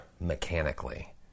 mechanically